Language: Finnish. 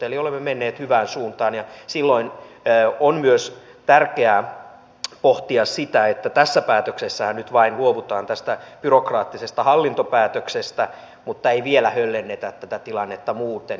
eli olemme menneet hyvään suuntaan ja silloin on tärkeää myös pohtia sitä että tässä päätöksessähän nyt vain luovutaan tästä byrokraattisesta hallintopäätöksestä mutta ei vielä höllennetä tätä tilannetta muuten